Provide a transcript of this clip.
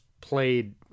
played